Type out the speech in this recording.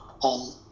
on